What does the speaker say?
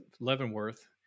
Leavenworth